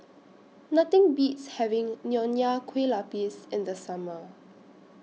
Nothing Beats having Nonya Kueh Lapis in The Summer